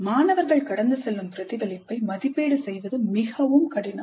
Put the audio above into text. மாணவர்கள் கடந்து செல்லும் பிரதிபலிப்பை மதிப்பீடு செய்வது மிகவும் கடினம்